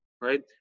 Right